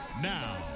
Now